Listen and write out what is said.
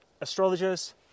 astrologers